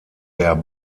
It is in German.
der